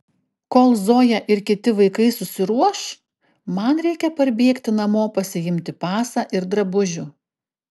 kol zoja ir kiti vaikai susiruoš man reikia parbėgti namo pasiimti pasą ir drabužių